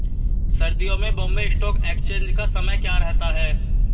सर्दियों में Bombay stock exchange का समय क्या रहता है?